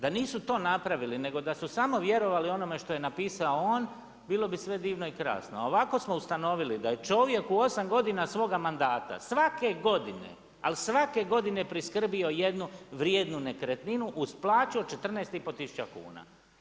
Da nisu to napravili nego da su samo vjerovali ono što je napisao on, bilo bi sve divno i krasno a ovako smo ustanovili da je čovjek u 8 godina svoga mandata svake godine, ali svake godine priskrbio jednu vrijednu nekretninu uz plaću od 14 i pol tisuća kuna.